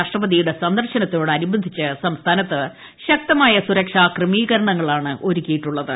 രാഷ്ട്രപതിയുടെ സന്ദർശ്നത്തോടനുബന്ധിച്ച് സംസ്ഥാനത്ത് ശക്തമായ സുരക്ഷാക്രമീക്രണങ്ങളാണ് ഒരുക്കിയിട്ടുള്ളത്